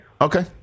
Okay